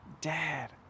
Dad